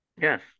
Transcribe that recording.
Yes